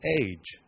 age